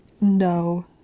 No